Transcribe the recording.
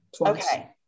Okay